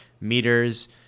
meters